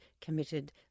committed